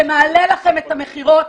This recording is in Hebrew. זה מעלה לכם את המכירות,